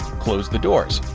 close the doors.